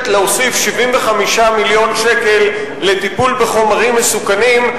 להוסיף 75 מיליון שקל לטיפול בחומרים מסוכנים.